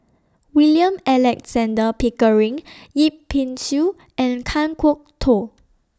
William Alexander Pickering Yip Pin Xiu and Kan Kwok Toh